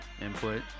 input